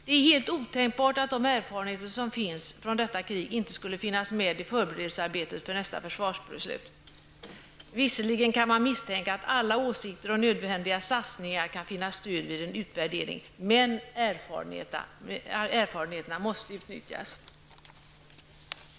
Det är helt otänkbart att erfarenheterna från detta krig inte skulle finnas med i förberedelsearbetet inför nästa försvarsbeslut. Visserligen kan man misstänka att alla åsikter om nödvändiga satsningar kan finna stöd vid en utvärdering, men erfarenheterna måste utnyttjas.